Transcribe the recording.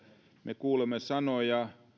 me kuulemme sanoja